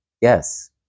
Yes